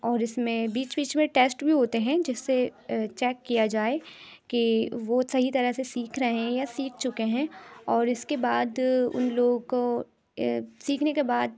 اور اِس میں بیچ بیچ میں ٹیسٹ بھی ہوتے ہیں جس سے چیک کیا جائے کہ وہ صحیح طرح سے سیکھ رہے ہیں یا سیکھ چُکے ہیں اور اِس کے بعد اُن لوگوں کو سیکھنے کے بعد